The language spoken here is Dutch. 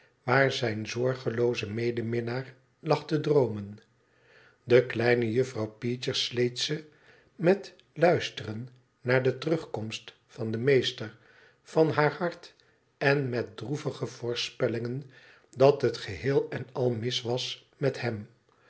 waar zijn zorgelooze medeminnaar lag te droomen de kleine juffrouw peecher sleet ze met luisteren naar de terugkomst van den meester van haar hart en met droevige voorspellingen dat het geheel en al mis was met hem